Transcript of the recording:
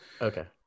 Okay